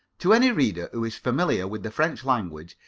to any reader who is familiar with the french language,